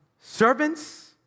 servants